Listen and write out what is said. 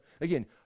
again